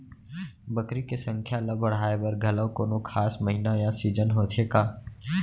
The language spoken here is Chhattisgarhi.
बकरी के संख्या ला बढ़ाए बर घलव कोनो खास महीना या सीजन होथे का?